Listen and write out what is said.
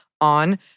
on